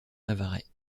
navarrais